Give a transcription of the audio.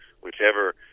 whichever